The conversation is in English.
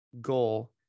goal